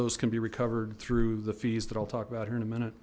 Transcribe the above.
those can be recovered through the fees that i'll talk about here in a minute